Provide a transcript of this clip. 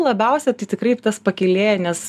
labiausia tai tikrai tas pakylėja nes